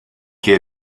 che